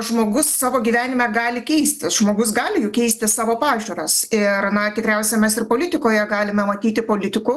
žmogus savo gyvenime gali keistis žmogus gali juk keisti savo pažiūras ir na tikriausia mes ir politikoje galime matyti politikų